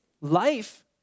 life